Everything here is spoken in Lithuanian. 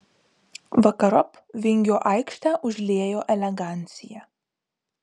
vakarop vingio aikštę užliejo elegancija